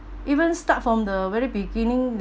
even start from the very beginning they